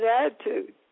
Attitude